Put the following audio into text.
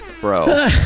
Bro